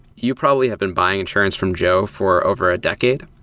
you probably have been buying insurance from joe for over a decade,